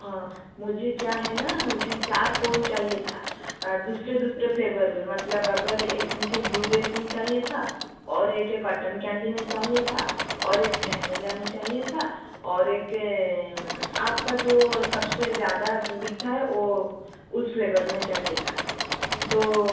हाँ मुझे क्या है ना मुझे चार कोन चाहिए था दूसरे दूसरे फ्लेवर में मतलब अगर एक मुझे ब्लूबेरी में चाहिए था और एक एक कॉटन कैंडी में चाहिए था और एक बेनीला में चाहिए था और एक आपका जो सब से ज़्यादा बिकता है वो उस फ्लेवर में चाहिए था तो